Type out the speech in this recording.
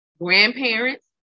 grandparents